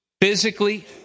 physically